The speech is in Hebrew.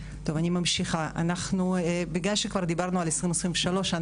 בגלל שכבר דיברנו על 2023,